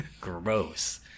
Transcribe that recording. Gross